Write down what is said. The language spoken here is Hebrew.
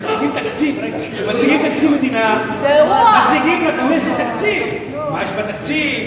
כשמציגים תקציב מדינה מציגים לכנסת תקציב: מה יש בתקציב,